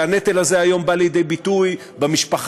והנטל הזה היום בא לידי ביטוי במשפחה,